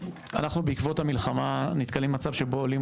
אנחנו בעקבות המלחמה נתקלים במצב שבו עולים